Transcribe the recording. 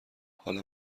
حالا